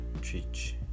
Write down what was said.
treat